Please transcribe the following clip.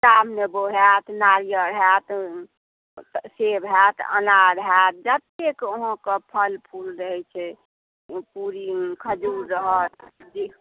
डाब नेबो होयत नारियल होयत सेब होयत अनार होयत जतेक अहाँके फल फुल दै छै ओ पुरी खजुर रहत